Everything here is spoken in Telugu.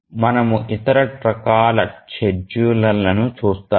మనము ఇతర రకాల షెడ్యూలర్లను చూస్తాము